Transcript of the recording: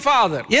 Father